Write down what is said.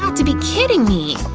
to be kidding me.